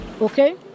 okay